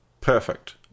Perfect